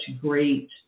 great